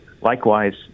Likewise